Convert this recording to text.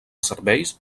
serveis